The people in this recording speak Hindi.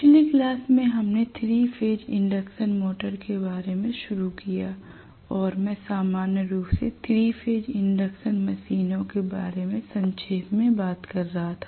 पिछली क्लास में हमने 3 फेज इंडक्शन मोटर के बारे में शुरू किया और मैं सामान्य रूप से 3 फेज मशीनों के बारे में संक्षेप में बात कर रहा था